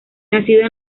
nacido